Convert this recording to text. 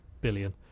billion